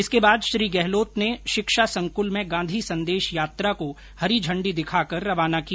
इसके बाद श्री गहलोत ने शिक्षा संकुल में गांधी संदेश यात्रा को हरी झंडी दिखाकर रवाना किया